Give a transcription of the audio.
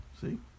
see